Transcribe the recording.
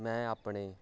ਮੈਂ ਆਪਣੇ